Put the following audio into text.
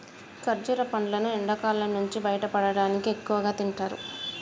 ఖర్జుర పండ్లును ఎండకాలం నుంచి బయటపడటానికి ఎక్కువగా తింటారు